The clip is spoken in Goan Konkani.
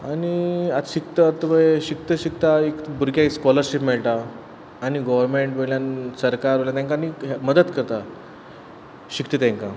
आनी आतां शिकतात तुवें शिकता शिकता एक भुरगें इश्कोला स्कॉलरशीप मेळटा आनी गोवोरमेंट वयल्यान सरकार वयल्यान तांकां आनीक मदत करता शिकता तांकां